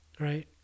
right